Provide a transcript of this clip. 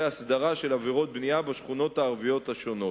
הסדרה של עבירות בנייה בשכונות הערביות השונות.